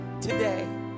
today